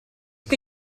che